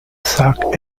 suck